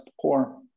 poor